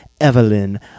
Evelyn